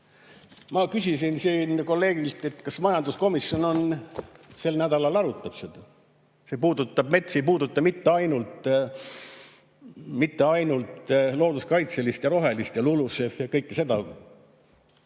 Ma küsisin siin kolleegilt, kas majanduskomisjon sel nädalal arutab seda. See puudutab metsi, see ei puuduta mitte ainult looduskaitselist ja rohelist ja LULUCF-i ja kõike seda.